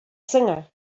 singer